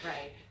Right